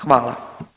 Hvala.